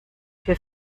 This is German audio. für